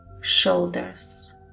shoulders